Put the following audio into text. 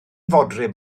fodryb